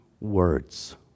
words